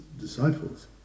disciples